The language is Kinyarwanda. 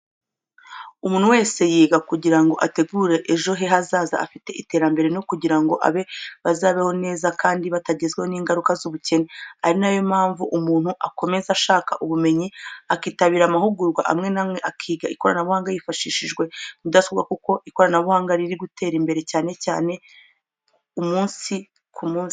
Umuntu wese yiga kugira ngo ategure ejo he hazaza afite iterambere no kugira ngo abe bazabeho neza kandi batagizweho n'ingaruka z'ubukene. Ari na yo mpamvu umuntu aklomeza ashaka ubumenyi akitabira amahugurwa amwe n'amwe, akiga ikoranabuhanga hifashishijwe mudasobwa kuko ikoranabunga riri gutera imbere cyane umunsi ku munsi.